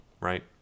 right